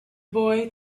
boy